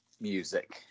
music